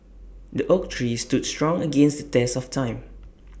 the oak tree stood strong against the test of time